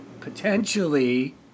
potentially